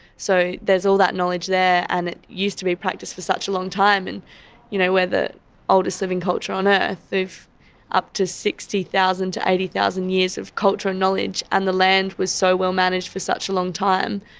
so there's all that knowledge there, and it used to be practiced for such a long time, we and you know are the oldest living culture on earth, with up to sixty thousand to eighty thousand years of culture and knowledge, and the land was so well-managed for such a long time,